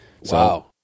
Wow